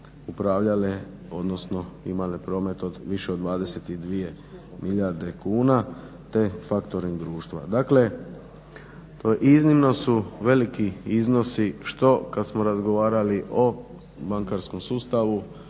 upravljale, odnosno imale promet više od 22 milijarde kuna, te faktoring društva. Dakle, iznimno su veliki iznosi što kad smo razgovarali o bankarskom sustavu